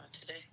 today